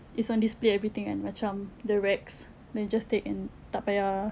is on display everything at macam the racks then you just take and tak payah